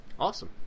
Awesome